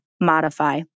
modify